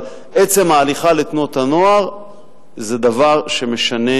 אבל עצם ההליכה לתנועות הנוער זה דבר שמשנה